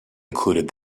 included